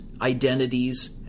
Identities